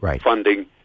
funding